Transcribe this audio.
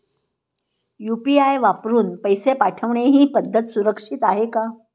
UPI वापरून पैसे पाठवणे ही पद्धत सुरक्षित आहे का?